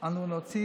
מאיפה הוא לקח?